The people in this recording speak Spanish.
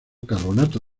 carbonato